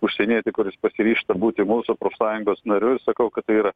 užsienietį kuris pasiryžta būti mūsų profsąjungos nariu sakau kad tai yra